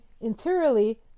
interiorly